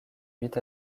huit